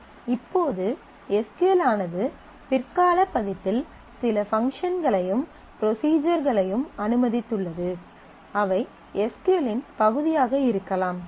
இப்போது S Q L ஆனது பிற்கால பதிப்பில் சில பங்க்ஷன்ஸ்களையும் ப்ரொஸிஜர்ஸ்களையும் அனுமதித்துள்ளது அவை எஸ் க்யூ எல் இன் பகுதியாக இருக்கலாம்